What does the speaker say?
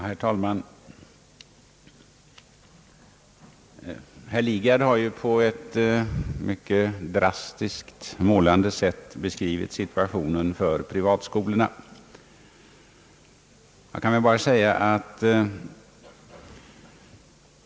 Herr talman! Herr Lidgard har på ett mycket drastiskt målande sätt beskrivit situationen för privatskolorna.